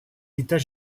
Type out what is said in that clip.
états